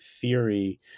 theory